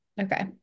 Okay